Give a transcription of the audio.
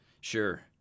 Sure